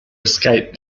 escape